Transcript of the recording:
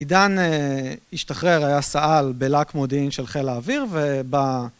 עידן השתחרר, היה סא"ל בלהק מודיעין של חיל האוויר וב...